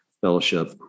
Fellowship